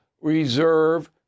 reserve